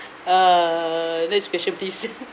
err this special this